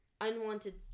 unwanted